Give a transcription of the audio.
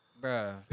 Bro